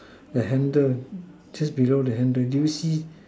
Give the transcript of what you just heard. the handler just below the handler do you see